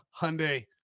Hyundai